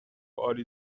عالی